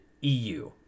EU